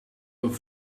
door